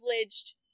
privileged